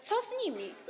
Co z nimi?